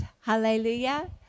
Hallelujah